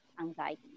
anxiety